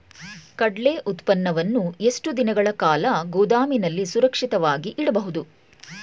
ಕಡ್ಲೆ ಉತ್ಪನ್ನವನ್ನು ಎಷ್ಟು ದಿನಗಳ ಕಾಲ ಗೋದಾಮಿನಲ್ಲಿ ಸುರಕ್ಷಿತವಾಗಿ ಇಡಬಹುದು?